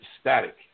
static